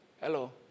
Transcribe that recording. Hello